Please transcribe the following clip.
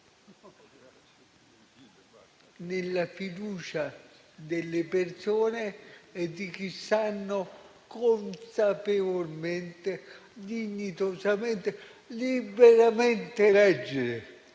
nella fiducia delle persone e di chi sanno consapevolmente, dignitosamente, liberamente eleggere,